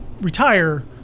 retire